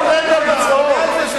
כל רגע לצעוק?